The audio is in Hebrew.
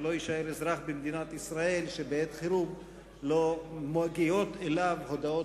שלא יישאר אזרח במדינת ישראל שבעת חירום לא יגיעו אליו הודעות